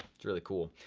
it's really cool.